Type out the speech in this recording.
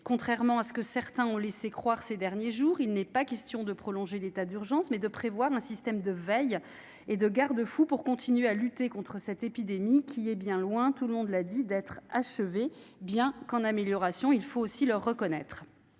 Contrairement à ce que certains ont laissé croire ces derniers jours, il est question non pas de prolonger l'état d'urgence, mais de prévoir un système de veille et de garde-fou pour continuer à lutter contre cette épidémie, qui est loin d'être achevée, même si la situation est en voie d'amélioration ; il faut aussi le reconnaître,